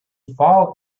fall